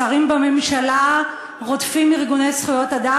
שרים בממשלה רודפים ארגוני זכויות אדם.